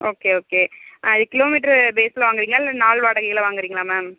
okay okay kilometre பேஸில் வாங்குகிறிங்ளா இல்லை நாள் வாடகையில் வாங்குகிறிங்ளா மேம்